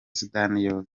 sudani